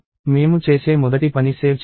మేము చేసే మొదటి పని సేవ్ చేయడం